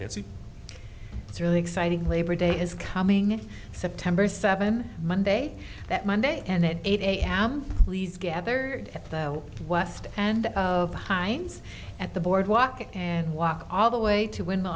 and it's really exciting labor day is coming in september seven monday that monday and eight a m please gathered at though west and of heinz at the boardwalk and walk all the way to win the